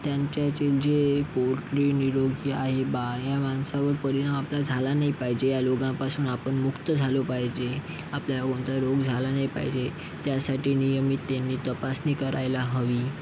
त्यांच्या चे जे पोल्ट्री निरोगी आहे बुवा या माणसावर परिणाम आपला झाला नाही पाहिजे या रोगांपासून आपण मुक्त झालो पाहिजे आपल्याला कोणता रोग झाला नाही पाहिजे त्यासाठी नियमित त्यांनी तपासणी करायला हवी